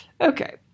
Okay